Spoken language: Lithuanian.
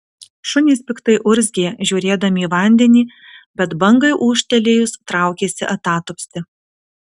šunys piktai urzgė žiūrėdami į vandenį bet bangai ūžtelėjus traukėsi atatupsti